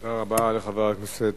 תודה רבה לחבר הכנסת